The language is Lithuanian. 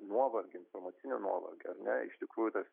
nuovargį informacinį nuovargį ar ne iš tikrųjų tas